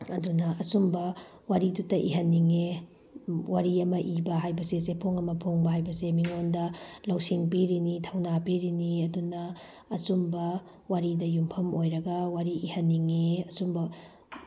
ꯑꯗꯨꯅ ꯑꯆꯨꯝꯕ ꯋꯥꯔꯤꯗꯨꯗ ꯏꯍꯟꯅꯤꯡꯉꯦ ꯋꯥꯔꯤ ꯑꯃ ꯏꯕ ꯍꯥꯏꯕ ꯆꯦꯐꯣꯡ ꯑꯃ ꯐꯣꯡꯕ ꯍꯥꯏꯕꯁꯦ ꯃꯤꯉꯣꯟꯗ ꯂꯧꯁꯤꯡ ꯄꯤꯔꯤꯅꯤ ꯊꯧꯅꯥ ꯄꯤꯔꯤꯅꯤ ꯑꯗꯨꯅ ꯑꯆꯨꯝꯕ ꯋꯥꯔꯤꯗ ꯌꯨꯝꯐꯝ ꯑꯣꯏꯔꯒ ꯋꯥꯔꯤ ꯏꯍꯟꯅꯤꯡꯉꯤ ꯑꯆꯨꯝꯕ